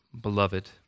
beloved